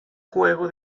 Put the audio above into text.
juego